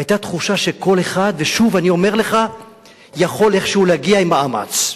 היתה תחושה שכל אחד יכול איכשהו להגיע, עם מאמץ.